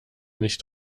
nicht